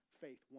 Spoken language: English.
faith